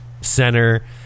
center